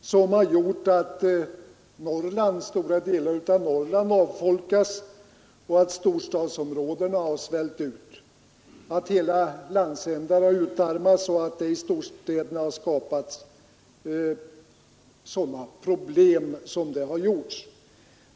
som gjort att stora delar av Norrland avfolkas och att storstadsområdena svällt ut, att hela landsändar har utarmats och att det i storstäderna skapats stora problem.